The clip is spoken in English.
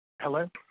Hello